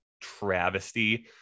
travesty